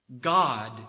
God